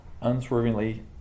unswervingly